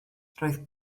roedd